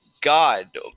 God